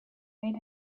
made